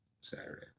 Saturday